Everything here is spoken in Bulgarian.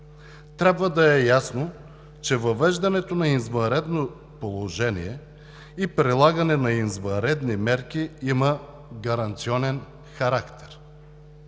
Трябва да е ясно, че въвеждането на извънредно положение и прилагането на извънредни мерки има гаранционен характер.